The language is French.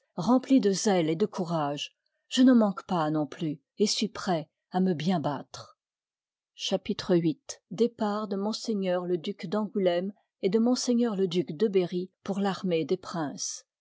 remplis de zèle et de courage je n'en manque pas non plus et suis prêt à me bien battre chapitre viii départ de m le duc d'ângoulême et de ms le duc de berry pour v armée des princes